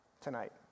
tonight